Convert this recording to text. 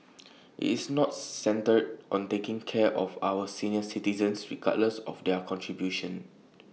it's not centred on taking care of our senior citizens regardless of their contribution